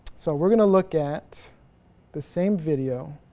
so we're gonna look at the same video